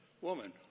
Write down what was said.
woman